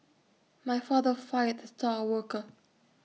my father fired the star worker